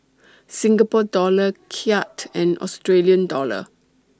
Singapore Dollar Kyat and Australian Dollar